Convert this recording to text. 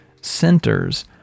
centers